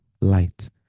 light